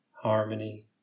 Harmony